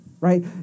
Right